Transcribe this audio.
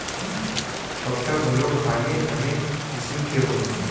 कपसा घलोक आने आने किसिम के होथे